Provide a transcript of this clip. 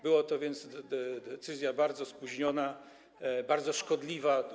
Była to więc decyzja bardzo spóźniona, bardzo szkodliwa.